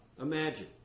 Imagine